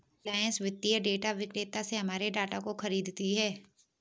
रिलायंस वित्तीय डेटा विक्रेता से हमारे डाटा को खरीदती है